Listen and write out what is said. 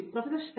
professor S